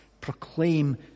proclaim